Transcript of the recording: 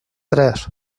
tres